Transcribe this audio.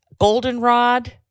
Goldenrod